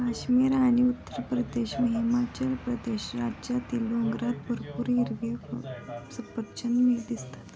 काश्मीर आणि उत्तरप्रदेश व हिमाचल प्रदेश राज्यातील डोंगरात भरपूर हिरवी सफरचंदं दिसतात